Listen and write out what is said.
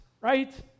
right